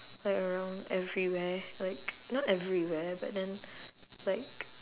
like around everywhere like not everywhere but then like